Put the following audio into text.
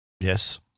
Yes